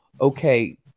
okay